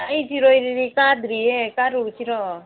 ꯑꯩ ꯁꯤꯔꯣꯏ ꯂꯤꯂꯤ ꯀꯥꯗ꯭ꯔꯤꯌꯦ ꯀꯥꯔꯨꯔꯁꯤꯔꯣ